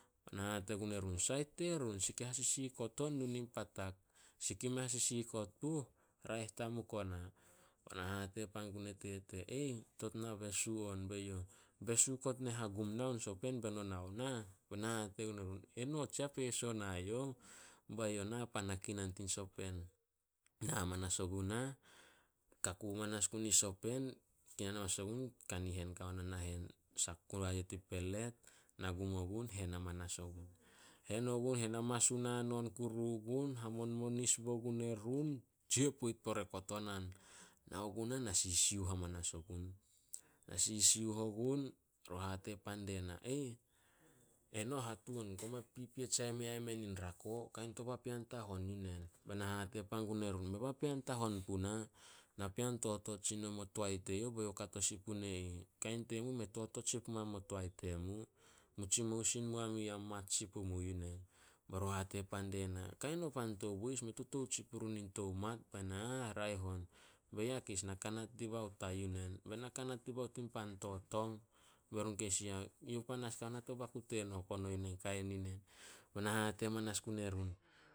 Ba na hate gun erun, "Sait terun, sih ke hasisikot on nu nin patak. Sih ke mei a hasisikot puh raeh tamup ona." Be na hate pan gun e tete, "Tot na besu on." Be youh, "Besu kot ne hagum nao sopen be no nao nah?" Be na hate gun eyouh, "Eno tsiah peso o nah." Ba youh, "Na pan na kinan tin sopen." Na amanas ogunah, kaku manas gun in sopen, kinan hamanas ogun, kanihen kao na nahen. Sak gua youh tin pelet, na gum ogun, hen amanas ogun. Hen ogun, hen na masun hanon kuru ogun, hamonmonis bo gun erun, tsia poit pore kotonan. Nao gunah na sisiuh hamanas ogun. Na sisiuh ogun be run hate pan die na, "Eno hatuan, koma pipiet sai memen rako, kain to papean tahon yu nen." Be na hate pan gun erun, "Mei napean tahon puna. Napean totot sin nomo toae teyouh be youh kato sin pune ih. Kain temu, mei totot sin pumu am toae temu. Mu tsimou sin mua ya mat sin pumu yu nen." Be run hate pan die na, "Kain o pan to boys, mei totout sin purun in tou mat." Bai na, "Ah, raeh on. 'Be ya keis nakanat dibao ta yu nen?' Be nakanat dibao tin pan to tong." Be run keis i yah, "Eyouh panas kao na to baku teno kono yu nen, kain inen." Be na hate amanas gun erun,